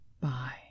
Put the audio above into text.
Bye